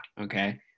okay